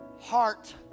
heart